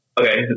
Okay